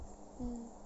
mm